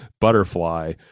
Butterfly